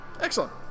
excellent